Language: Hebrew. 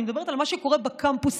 אני מדברת על מה שקורה בקמפוסים,